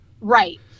Right